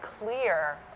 clear